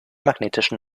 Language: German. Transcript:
magnetischen